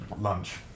lunch